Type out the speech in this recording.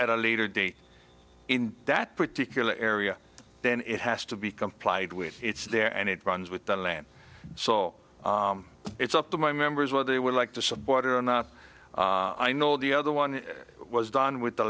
at a later date in that particular area then it has to be complied with it's there and it runs with the land so it's up to my members what they would like to support it or not i know the other one was done with the